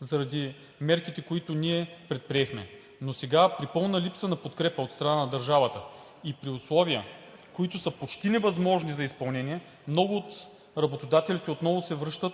заради мерките, които ние предприехме. Но сега – при пълна липса на подкрепа от страна на държавата и при условия, които са почти невъзможни за изпълнение, много от работодателите отново се връщат